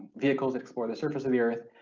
vehicles explore the surface of the earth,